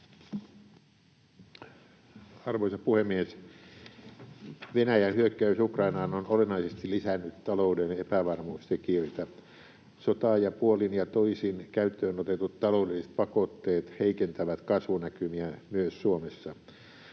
Arvoisa puhemies! Venäjän hyökkäys Ukrainaan on olennaisesti lisännyt talouden epävarmuustekijöitä. Sota ja puolin ja toisin käyttöön otetut taloudelliset pakotteet heikentävät kasvunäkymiä myös Suomessa.